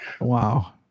Wow